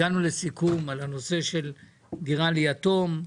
הגענו לסיכום על הנושא של דירה ליתום,